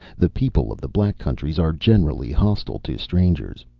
the people of the black countries are generally hostile to strangers.